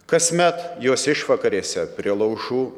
kasmet jos išvakarėse prie laužų